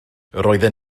roedden